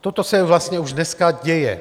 Toto se vlastně už dneska děje.